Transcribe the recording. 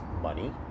money